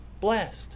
blessed